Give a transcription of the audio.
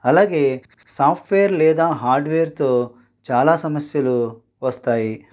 అలాగే సాఫ్ట్వేర్ లేదా హార్డ్వేర్తో చాలా సమస్యలు వస్తాయి